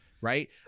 right